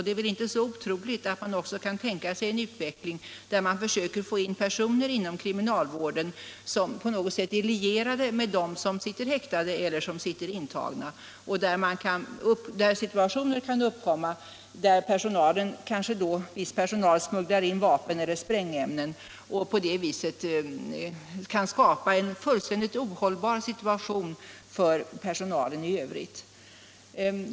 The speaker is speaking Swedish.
Det är väl då inte otroligt att tänka sig en utveckling där dessa försöker få in personer i kriminalvården som på något sätt är lierade med dem som är häktade eller som sitter intagna. Det kan kanske då förekomma att viss personal smugglar in vapen eller sprängämnen. På det viset kan skapas en fullständigt ohållbar situation för personalen i övrigt.